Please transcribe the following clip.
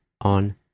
on